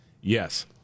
Yes